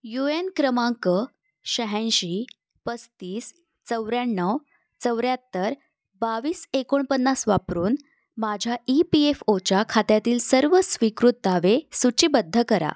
you N क्रमांक शह्याऐंशी पस्तीस चौऱ्याण्णव चौऱ्याहत्तर बावीस एकोणपन्नास वापरून माझ्या ई पी एफ ओच्या खात्यातील सर्व स्वीकृत दावे सूचीबद्ध करा